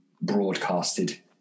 broadcasted